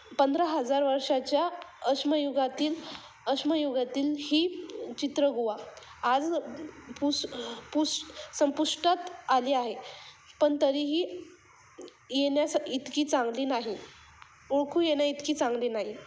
पंधरा हजार वर्षाच्या अश्मयुगातील अश्मयुगातील ही चित्र गुहा आज पुस पुष संपुष्टात आली आहे पण तरीही येण्यास इतकी चांगली नाही ओळखू येण्याइतकी चांगली नाही